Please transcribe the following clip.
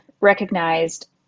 recognized